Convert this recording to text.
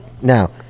Now